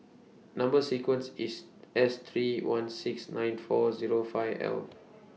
Number sequence IS S three one six nine four Zero five L